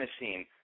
Machine